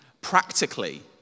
practically